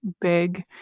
big